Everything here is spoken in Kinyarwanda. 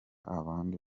abandi